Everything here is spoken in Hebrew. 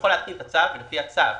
לפי הצו,